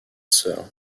sœur